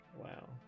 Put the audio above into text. Wow